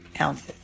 ounces